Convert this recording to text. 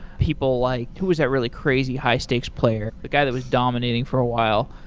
people like who was that really crazy high stakes player, the guy that was dominating for a while?